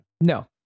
No